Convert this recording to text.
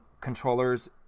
controllers